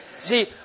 See